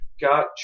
got